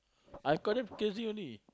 I call them crazy only